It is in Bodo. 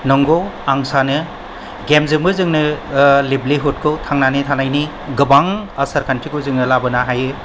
नंगौ आं सानो गेमजोंबो जोंनो लेभलिहुडखौ थांना थानायनि गोबां आसार खान्थिखौ जोङो लाबोनो हायो